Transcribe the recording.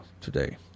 today